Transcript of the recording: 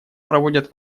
проводят